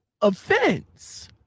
offense